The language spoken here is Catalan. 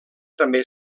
també